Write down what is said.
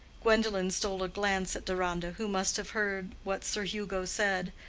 gwendolen stole a glance at deronda, who must have heard what sir hugo said,